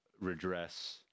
redress